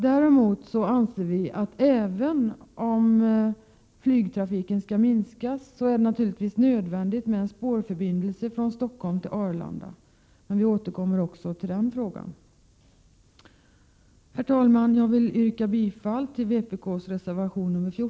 Däremot anser vi att det, även om flygtrafiken skall minskas, är nödvändigt med en spårförbindelse från Stockholm till Arlanda. Vi återkommer också till den frågan. Herr talman! Jag vill yrka bifall till vpk:s reservation nr 14. Prot.